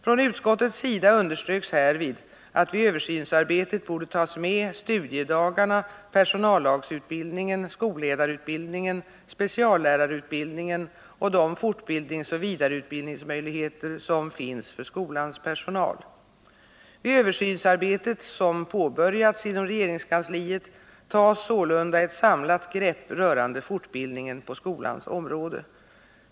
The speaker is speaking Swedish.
Från utskottets sida underströks härvid att vid översynsarbetet borde tas med studiedagarna, personallagsutbildningen, skolledarutbildningen, speciallärarutbildningen och de fortbildningsoch vidareutbildningsmöjligheter som finns för skolans personal. Vid översynsarbetet, som påbörjats inom regeringskansliet, tas sålunda ett samlat grepp rörande fortbildningen på skolans område.